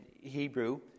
Hebrew